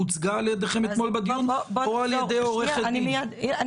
הוצגה על ידיכם אתמול בדיון או על-ידי עורכת דין פרטית?